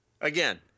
Again